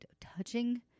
touching